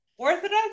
Orthodox